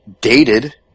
dated